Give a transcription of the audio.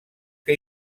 que